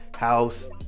house